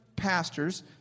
pastors